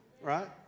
right